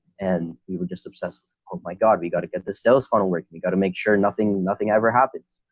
and we were just obsessed with oh my god, we got to get the sales funnel, where can we go to make sure nothing, nothing ever happens.